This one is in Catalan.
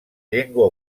llengua